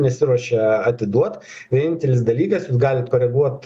nesiruošia atiduot vienintelis dalykas jūs galit koreguot